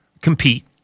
compete